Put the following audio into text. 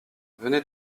venez